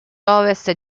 ovest